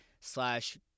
slash